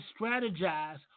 strategize